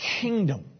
kingdom